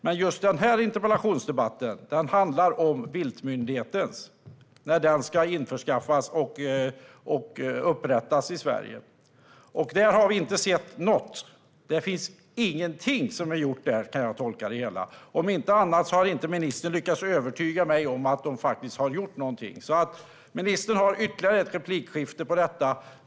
Men just denna interpellationsdebatt handlar om viltmyndigheten och när den ska inrättas i Sverige. Vi har inte sett någonting. Ingenting är gjort där, som jag tolkar det hela. Om inte annat har ministern inte lyckats övertyga mig om att han och regeringen har gjort någonting. Ministern har ytterligare ett inlägg på sig.